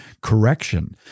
correction